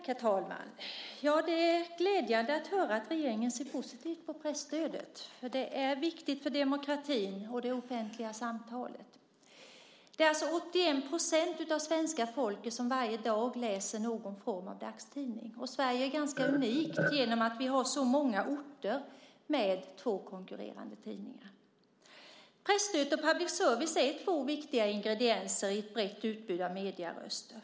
Herr talman! Det är glädjande att höra att regeringen ser positivt på presstödet. Det är viktigt för demokratin och för det offentliga samtalet. Det är alltså 81 % av svenska folket som varje dag läser någon form av dagstidning. Sverige är unikt genom att vi har så många orter med två konkurrerande tidningar. Presstödet och public service är två viktiga ingredienser i ett brett utbud av medieröster.